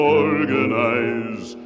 organize